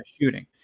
shooting